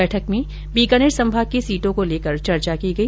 बैठक में बीकानेर संभाग की सीटों को लेकर चर्चा की गई